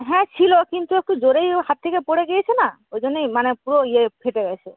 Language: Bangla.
হ্যাঁ ছিল কিন্তু একটু জোরেই ও হাত থেকে পড়ে গিয়েছে না ওই জন্যই মানে পুরো ইয়ে ফেটে গেছে